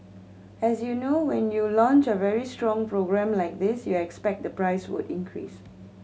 as you know when you launch a very strong program like this you expect the price could increase